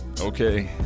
Okay